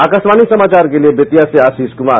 आकाशवाणी समाचार के लिए बेतिया से आशीष कुमार